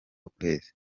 ukwezi